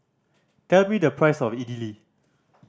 tell me the price of Idili